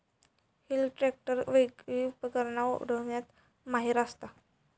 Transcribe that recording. wheel tractor वेगली उपकरणा ओढण्यात माहिर असता